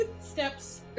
steps